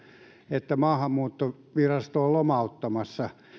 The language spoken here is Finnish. että maahanmuuttovirasto on lomauttamassa